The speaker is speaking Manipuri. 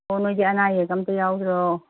ꯑꯣ ꯅꯣꯏꯗꯤ ꯑꯅꯥ ꯑꯌꯦꯛꯀ ꯑꯝꯇ ꯌꯥꯎꯗ꯭ꯔꯣ